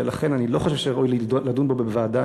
ולכן אני לא חושב שראוי לדון בו בוועדה,